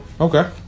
Okay